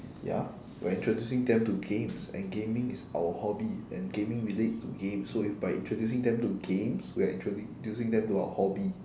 ya we're introducing them to games and gaming is our hobby and gaming relates to games so if by introducing them to games we are introducing them to our hobby